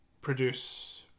produce